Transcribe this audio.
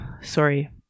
sorry